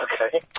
Okay